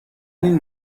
این